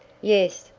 yes,